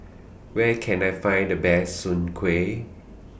Where Can I Find The Best Soon Kuih